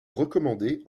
recommandé